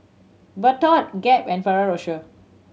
Bardot Gap and Ferrero Rocher